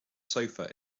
sofa